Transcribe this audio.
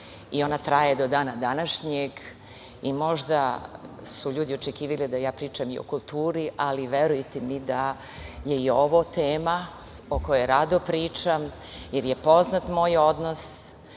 i ona traje do dana današnjeg. Možda su ljudi očekivali da ja pričam i o kulturi, ali verujte mi da je i ovo tema o kojoj rado pričam, jer je poznat moj odnos